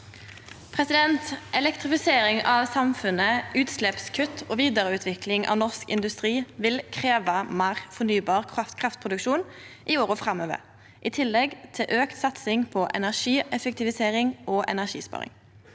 Elektri- fisering av samfunnet, utsleppskutt og vidareutvikling av norsk industri vil krevje meir fornybar kraftproduksjon i åra framover, i tillegg til auka satsing på energieffektivisering og energisparing.